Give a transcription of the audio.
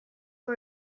for